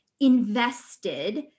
invested